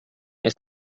ist